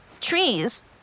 trees